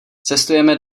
cestujeme